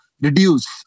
reduce